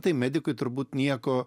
tai medikui turbūt nieko